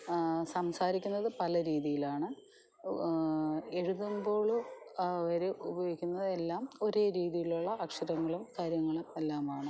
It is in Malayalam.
സംസാരിക്കുന്നത് പല രീതിയിലാണ് എഴുതുമ്പോൾ അവർ ഉപയോഗിക്കുന്നതെല്ലാം ഒരേ രീതിയിലുള്ള അക്ഷരങ്ങളും കാര്യങ്ങളും എല്ലാമാണ്